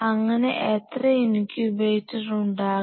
അങ്ങനെ എത്ര ഇൻക്യുബേറ്റർ ഉണ്ടാക്കാം